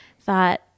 thought